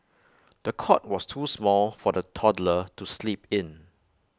the cot was too small for the toddler to sleep in